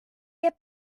get